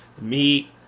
meat